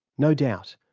no doubt,